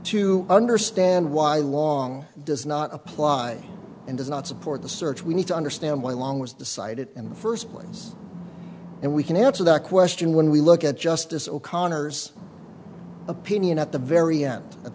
to understand why long does not apply and does not support the search we need to understand why long was decided in the first place and we can answer that question when we look at justice o'connor's opinion at the very end at